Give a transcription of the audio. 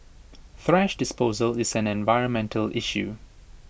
thrash disposal is an environmental issue